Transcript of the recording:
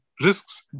risks